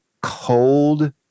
cold